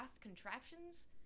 contraptions